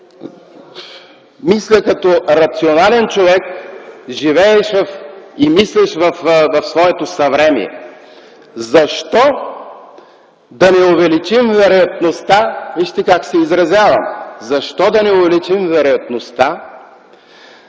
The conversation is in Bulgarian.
мисля като рационален човек, живеещ и мислещ в своето съвремие. Защо да не увеличим вероятността – вижте, как се изразявам – защо да не увеличим вероятността,